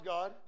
God